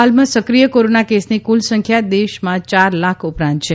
હાલમાં સક્રિય કોરોના કેસની કુલ સંખ્યા દેશ ચાર લાખ ઉપરાંત છે